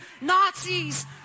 Nazis